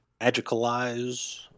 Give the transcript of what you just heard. magicalize